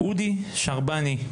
אודי שרבני.